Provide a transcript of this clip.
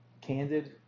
candid